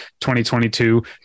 2022